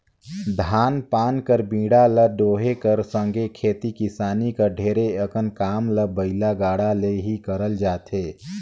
धान पान कर बीड़ा ल डोहे कर संघे खेती किसानी कर ढेरे अकन काम ल बइला गाड़ा ले ही करल जाथे